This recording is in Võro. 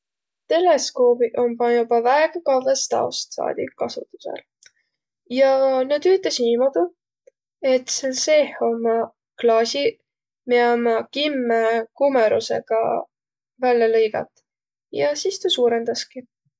Teleskoobiq ommaq joba väega kavvõst asot saadik kasutusõl. Ja nä tüütäseq niimoodu, et sääl seeh ommaq klaasiq, miä ommaq kimmä kumõrusõga vällä lõigat ja sis tuu suurõndaski.